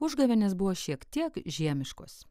užgavėnės buvo šiek tiek žiemiškos